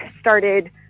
started